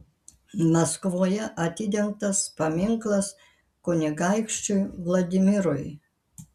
maskvoje atidengtas paminklas kunigaikščiui vladimirui